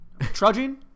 Trudging